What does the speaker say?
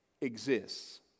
exists